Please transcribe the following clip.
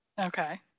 Okay